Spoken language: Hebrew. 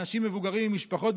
אנשים מבוגרים עם משפחות,